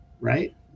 right